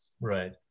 Right